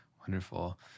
Wonderful